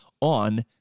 on